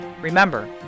Remember